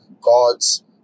God's